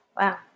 Wow